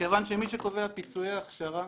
מכיוון שמי שקובע פיצויי הכשרה,